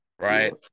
right